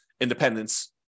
independence